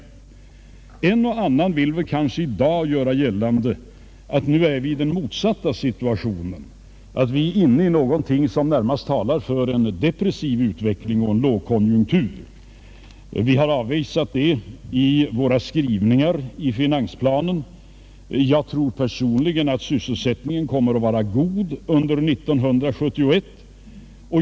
En och annan vill kanske i dag göra gällande att vi nu befinner oss i den motsatta situationen, att vi är inne i någonting som närmast talar för en depressiv utveckling och en lågkonjunktur. Vi har avvisat det i våra skrivningar i finansplanen. Jag tror personligen att sysselsättningen kommer att vara god under 1971.